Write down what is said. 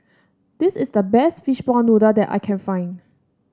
this is the best Fishball Noodle that I can find